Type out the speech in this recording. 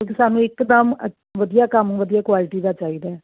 ਕਿਉਂਕਿ ਸਾਨੂੰ ਇੱਕਦਮ ਵਧੀਆ ਕੰਮ ਵਧੀਆ ਕੁਆਲਿਟੀ ਦਾ ਚਾਹੀਦਾ